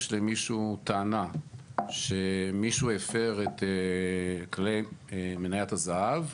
למישהו טענה שמישהו הפר את מניית הזהב,